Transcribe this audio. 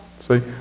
See